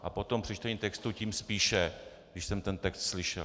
A potom při čtení textu tím spíše, když jsem ten text slyšel.